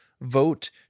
vote